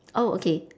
oh okay